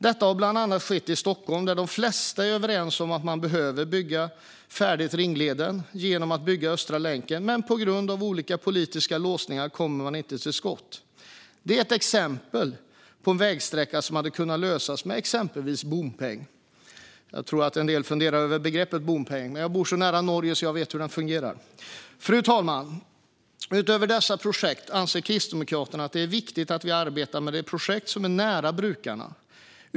Detta har skett bland annat i Stockholm, där de flesta är överens om att man behöver bygga färdigt ringleden genom att bygga Östra länken. Men på grund av olika politiska låsningar kommer man inte till skott. Det är ett exempel på en vägsträcka som hade kunnat lösas genom exempelvis en bompeng. Jag tror att en del funderar över begreppet bompeng. Men jag bor så nära Norge att jag vet hur den fungerar. Fru talman! Utöver dessa projekt anser Kristdemokraterna att det är viktigt att vi arbetar med de projekt som är nära brukarna.